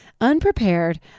Unprepared